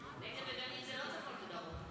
נגב וגליל זה לא צפון ודרום.